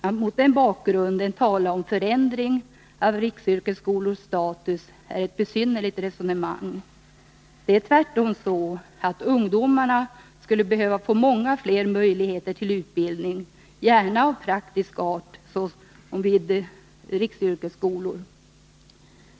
Att mot den bakgrunden tala om förändring av riksyrkesskolors status är ett besynnerligt resonemang. Det är tvärtom så, att ungdomarna skulle behöva få många fler möjligheter till utbildning, gärna av praktisk art, såsom vid riksyrkesskolor.